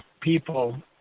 people